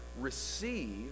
receive